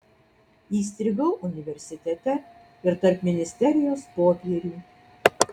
įstrigau universitete ir tarp ministerijos popierių